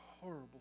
horrible